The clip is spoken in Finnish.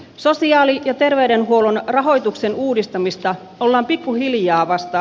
sosiaali ja terveydenhuollon rahoituksen uudistamista ollaan pikkuhiljaa vasta